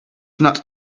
not